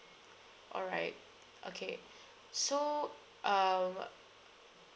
all right okay so um